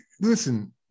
listen